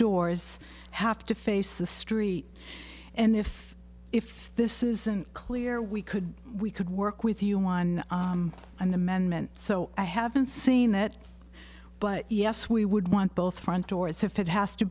doors have to face the street and if if this isn't clear we could we could work with you on an amendment so i haven't seen that but yes we would want both front doors if it has to